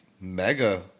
mega